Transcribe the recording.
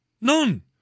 None